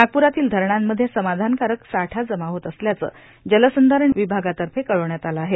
नागप्रातील धरणांमध्ये समाधानकारक साठा जमा होत असल्याचं जलसंधारण विभागातर्फे कळवण्यात आलं आहे